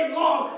long